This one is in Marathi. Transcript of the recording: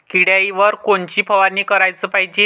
किड्याइवर कोनची फवारनी कराच पायजे?